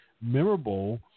memorable